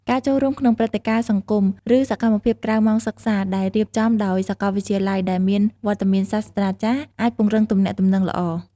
ការចូលរួមក្នុងព្រឹត្តិការណ៍សង្គម ឬសកម្មភាពក្រៅម៉ោងសិក្សាដែលរៀបចំដោយសាកលវិទ្យាល័យ ដែលមានវត្តមានសាស្រ្តាចារ្យ អាចពង្រឹងទំនាក់ទំនងល្អ។